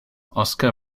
oskar